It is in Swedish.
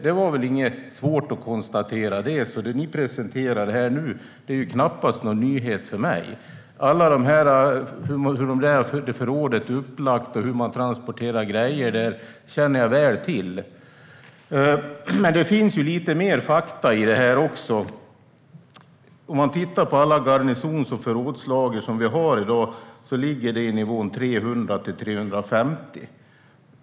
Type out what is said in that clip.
Det var inget svårt att konstatera det, så det ni presenterar här är knappast någon nyhet för mig. Hur förrådet är upplagt och hur man transporterar grejer känner jag väl till. Men det finns lite mer fakta i detta. I dag har vi 300-350 garnisonslager och förrådslager.